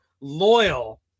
loyal